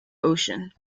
ocean